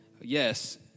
Yes